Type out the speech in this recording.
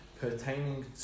pertaining